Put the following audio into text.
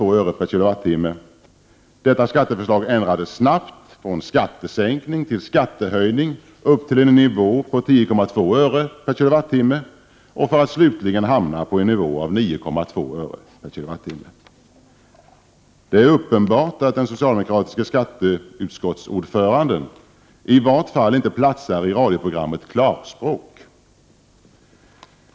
Detta skatteförslag ändrades snabbt från skattesänkning till skattehöjning, upp till en nivå av 10,2 öre per kWh. Slutligen hamnade man på en nivå av 9,2 öre per kWh. Det är uppenbart att den socialdemokratiske ordföranden i skatteutskottet i varje fall inte platsar i radioprogrammet Klarspråk.